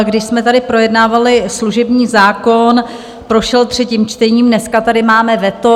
Když jsme tady projednávali služební zákon, prošel třetím čtením, dneska tady máme veto.